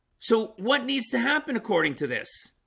so what needs to happen according to this